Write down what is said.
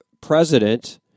president